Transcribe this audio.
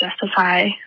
justify